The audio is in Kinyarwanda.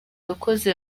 yakoze